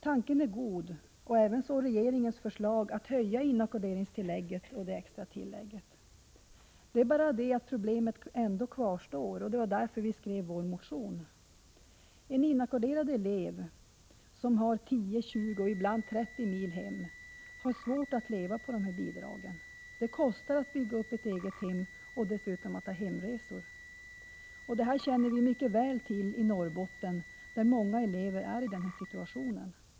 Tanken är god, ävenså regeringens förslag att höja inackorderingstillägget och det extra tillägget. Det är bara det att problemet kvarstår, och det var därför vi skrev vår motion. En inackorderad elev som bor 10-20, ja, ibland 30 mil från hemorten har svårt att leva på de bidrag som beviljas. Det kostar att bygga upp ett eget hem och att dessutom betala för resor till och från hemorten. I Norrbotten är detta något som vi känner mycket väl till, eftersom vi har många elever som är i den situationen.